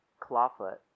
clawfoot